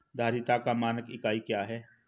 धारिता का मानक इकाई क्या है?